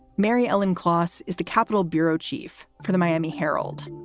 mary ellen costs is the capitol bureau chief for the miami herald.